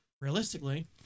realistically